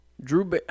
Drew